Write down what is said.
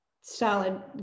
solid